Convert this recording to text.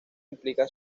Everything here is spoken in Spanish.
implica